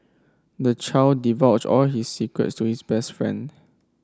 the child divulged all his secrets to his best friend